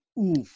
oof